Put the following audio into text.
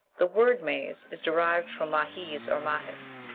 the word maize, is derived from mahiz or mahis,